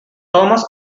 thomas